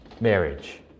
marriage